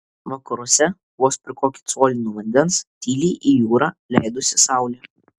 vakaruose vos per kokį colį nuo vandens tyliai į jūrą leidosi saulė